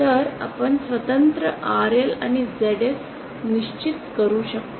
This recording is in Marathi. तर आपण स्वतंत्रपणे RL आणि ZS निश्चित करू शकतो